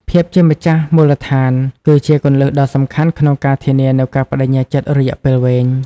ភាពជាម្ចាស់មូលដ្ឋាន គឺជាគន្លឹះដ៏សំខាន់ក្នុងការធានានូវការប្ដេជ្ញាចិត្តរយៈពេលវែង។